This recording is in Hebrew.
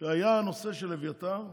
כשהיה הנושא של אביתר,